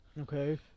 Okay